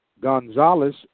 Gonzalez